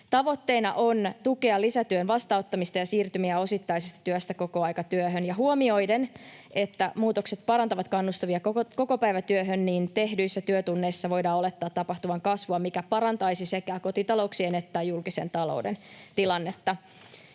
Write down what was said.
Tavoitteena on tukea lisätyön vastaanottamista ja siirtymiä osittaisesta työstä kokoaikatyöhön. Huomioiden, että muutokset parantavat kannustimia kokopäivätyöhön, tehdyissä työtunneissa voidaan olettaa tapahtuvan kasvua, mikä parantaisi sekä kotitalouksien että julkisen talouden tilannetta.